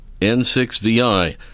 N6VI